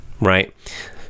Right